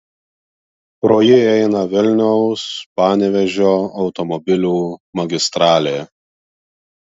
pro jį eina vilniaus panevėžio automobilių magistralė